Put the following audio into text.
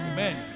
Amen